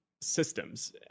systems